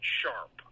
sharp